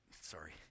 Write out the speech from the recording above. Sorry